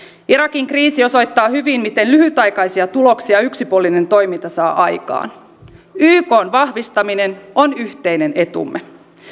irakin kriisi osoittaa hyvin miten lyhytaikaisia tuloksia yksipuolinen toiminta saa aikaan ykn vahvistaminen on yhteinen etumme